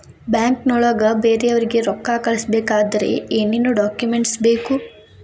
ಬ್ಯಾಂಕ್ನೊಳಗ ಬೇರೆಯವರಿಗೆ ರೊಕ್ಕ ಕಳಿಸಬೇಕಾದರೆ ಏನೇನ್ ಡಾಕುಮೆಂಟ್ಸ್ ಬೇಕು?